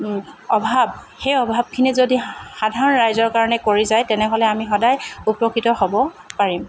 অভাৱ সেই অভাৱখিনি যদি সাধাৰণ ৰাইজৰ কাৰণে কৰি যায় তেনেহ'লে আমি সদায় উপকৃত হ'ব পাৰিম